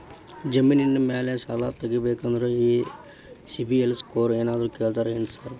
ಜಮೇನಿನ ಮ್ಯಾಲೆ ಸಾಲ ತಗಬೇಕಂದ್ರೆ ಈ ಸಿಬಿಲ್ ಸ್ಕೋರ್ ಏನಾದ್ರ ಕೇಳ್ತಾರ್ ಏನ್ರಿ ಸಾರ್?